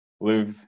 live